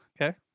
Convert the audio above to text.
Okay